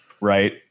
right